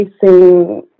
facing